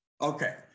Okay